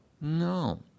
No